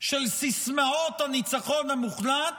של סיסמאות הניצחון המוחלט,